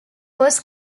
was